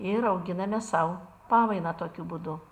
ir auginame sau pamainą tokiu būdu